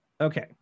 Okay